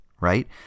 right